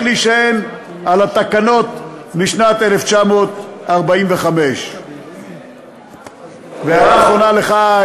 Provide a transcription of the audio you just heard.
להישען על התקנות משנת 1945. והערה אחרונה לך,